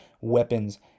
weapons